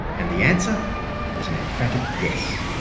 and the answer is an emphatic yes.